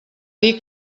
dir